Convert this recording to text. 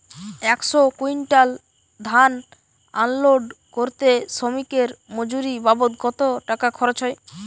একশো কুইন্টাল ধান আনলোড করতে শ্রমিকের মজুরি বাবদ কত টাকা খরচ হয়?